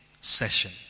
session